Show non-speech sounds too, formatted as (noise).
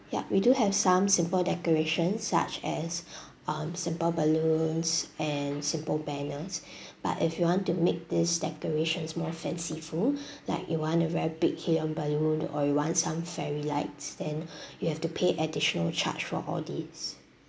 yup we do have some simple decorations such as (breath) um simple balloons and simple banners but if you want to make this decorations more fanciful (breath) like you want a very big helium balloon or you want some fairy lights then you have to pay additional charge for all these